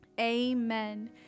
Amen